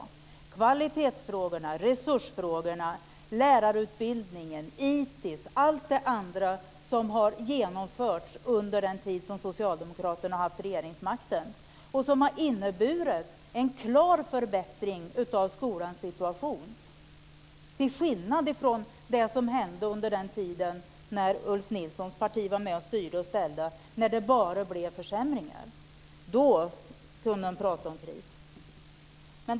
Det gäller kvalitetsfrågorna, resursfrågorna, lärarutbildningen, ITIS och allt det andra som har genomförts under den tid som Socialdemokraterna har haft regeringsmakten och som har inneburit en klar förbättring av skolans situation till skillnad från det som hände under den tid när Ulf Nilssons parti var med och styrde och ställde och det bara blev försämringar. Då kunde man tala om kris.